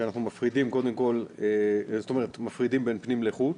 שאנחנו מפרידים בין פנים לחוץ,